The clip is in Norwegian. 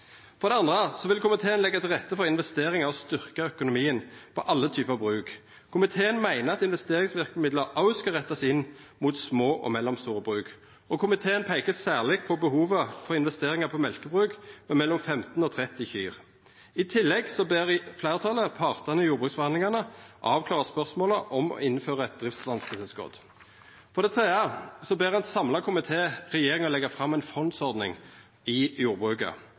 For det andre vil komiteen leggja til rette for investeringar og å styrkja økonomien for alle typar bruk. Komiteen meiner at investeringsverkemidla òg skal rettast inn mot små og mellomstore bruk. Komiteen peikar særleg på behovet for investeringar i mjølkebruk med mellom 15 og 30 kyr. I tillegg ber fleirtalet partane i jordbruksforhandlingane avklara spørsmålet om å innføra eit driftsvansketilskot. For det tredje ber ein samla komité regjeringa leggja fram ei fondsordning i jordbruket.